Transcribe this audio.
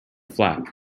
flap